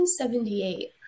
1978